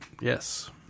Yes